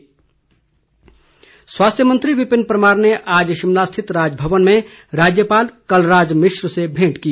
भेंट स्वास्थ्य मंत्री विपिन परमार ने आज शिमला स्थित राजभवन में राज्यपाल कलराज मिश्र से भेंट की